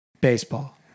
Baseball